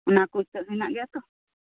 ᱚᱱᱟᱠᱩ ᱤᱛᱟᱹ ᱢᱮᱱᱟᱜ ᱜᱮᱭᱟᱛᱚ